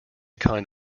kind